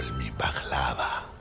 me baklawa.